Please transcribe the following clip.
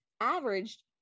averaged